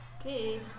Okay